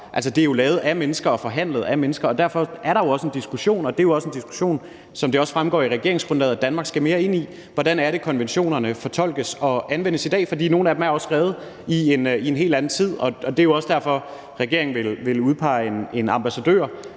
De er lavet af mennesker og forhandlet af mennesker, og derfor er der også en diskussion – og det er jo også en diskussion, som Danmark, som det også fremgår af regeringsgrundlaget, skal mere ind i: Hvordan er det, konventionerne fortolkes og anvendes i dag? For nogle af dem er også skrevet i en helt anden tid, og det er også derfor, regeringen vil udpege en ambassadør